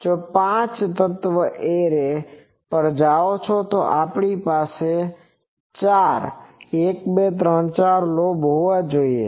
જો પાંચ તત્વ એરે પર જાઓ તો આપણી પાસે ચાર 1 2 3 4 લોબ હોવા જોઈએ